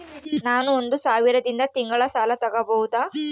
ನಾನು ಒಂದು ಸಾವಿರದಿಂದ ತಿಂಗಳ ಸಾಲ ತಗಬಹುದಾ?